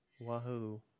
Wahoo